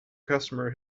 customer